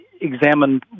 examine